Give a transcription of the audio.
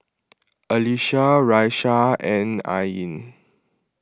Alyssa Raisya and Ain